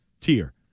tier